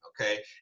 okay